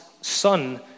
son